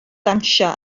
ddawnsio